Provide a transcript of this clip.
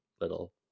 little